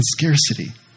scarcity